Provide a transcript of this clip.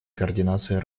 координации